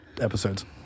episodes